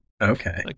Okay